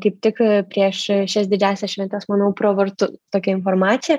kaip tik prieš šias didžiąsias šventes manau pravartu tokia informacija